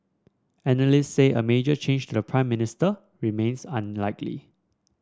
analyst say a major change to the Prime Minister remains unlikely